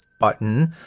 button